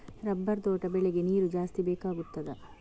Rubber ತೋಟ ಬೆಳೆಗೆ ನೀರು ಜಾಸ್ತಿ ಬೇಕಾಗುತ್ತದಾ?